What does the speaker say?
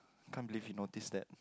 can't believe he notice that